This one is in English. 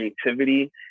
creativity